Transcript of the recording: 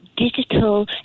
digital